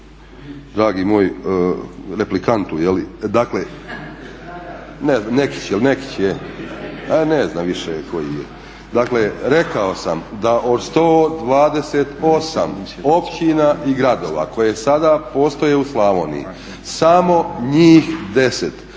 više koji je. Dakle rekao sam da od 128 općina i gradova koje sada postoje u Slavoniji samo njih 10